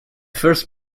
first